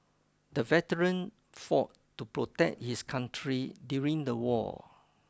the veteran fought to protect his country during the war